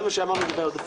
זה מה שאמרנו לגבי העודפים.